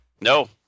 No